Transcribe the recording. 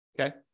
Okay